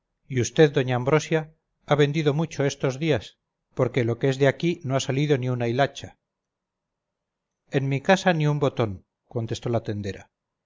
y vd doña ambrosia ha vendido mucho estos días porque lo que es de aquí no ha salido ni una hilacha en mi casa ni un botón contestó la tendera